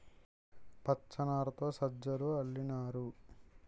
పచ్చినారతో సజ్జలు అల్లినారు